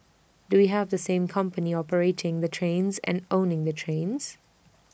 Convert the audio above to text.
do we have the same company operating the trains and owning the trains